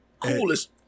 Coolest